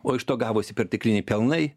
o iš to gavosi pertekliniai pelnai